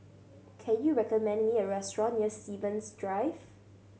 can you recommend me a restaurant near Stevens Drive